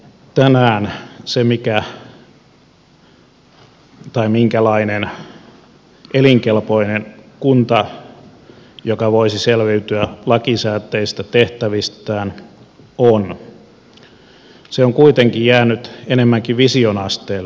tänään se minkälainen on elinkelpoinen kunta joka voisi selviytyä lakisääteisistä tehtävistään on kuitenkin jäänyt enemmänkin vision asteelle